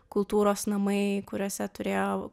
kultūros namai kuriuose turėjo